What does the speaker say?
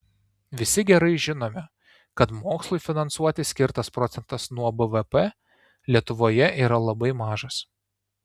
visi gerai žinome kad mokslui finansuoti skirtas procentas nuo bvp lietuvoje yra labai mažas